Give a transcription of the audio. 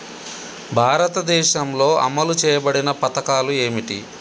భారతదేశంలో అమలు చేయబడిన పథకాలు ఏమిటి?